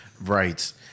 Right